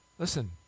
Listen